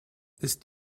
ist